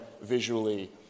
visually